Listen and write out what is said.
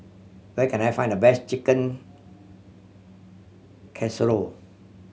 where can I find the best Chicken Casserole